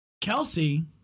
Kelsey